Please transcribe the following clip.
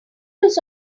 was